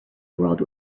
world